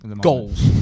Goals